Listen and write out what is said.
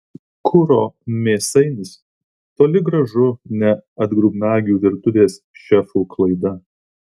kuro mėsainis toli gražu ne atgrubnagių virtuvės šefų klaida